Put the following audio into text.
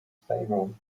stable